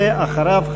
ואחריו,